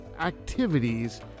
activities